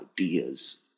ideas